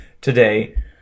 today